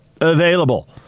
available